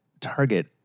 Target